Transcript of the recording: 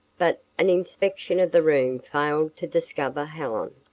but an inspection of the room failed to discover helen.